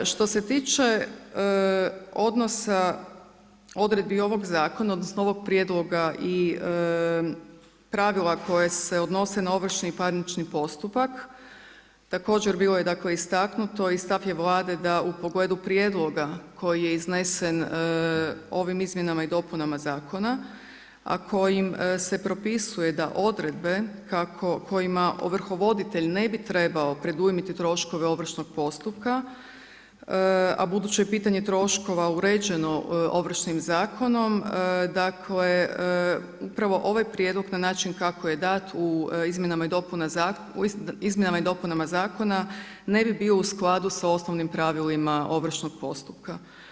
Što se tiče odnosa odredbi ovog zakona odnosno ovog prijedloga i pravila koja se odnose na ovršni i parnični postupak također bilo je dakle istaknuto i stav je Vlade da u pogledu prijedloga koji je iznesen ovim izmjenama i dopunama zakona a kojim se propisuje da odredbe kojima ovrhovoditelj ne bi trebao predujmiti troškove ovršnog postupka a budući je pitanje troškova uređeno Ovršnim zakonom, dakle upravo ovaj prijedlog na način kako je dat u izmjenama i dopunama zakona ne bi bio u skladu sa osnovnim pravilima ovršnog postupka.